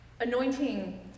anointing